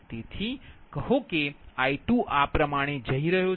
તેથી કહો કે I2 આ પ્રમાણે જઈ રહ્યો છે